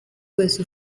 wese